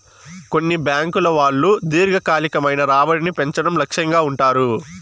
కొన్ని బ్యాంకుల వాళ్ళు దీర్ఘకాలికమైన రాబడిని పెంచడం లక్ష్యంగా ఉంటారు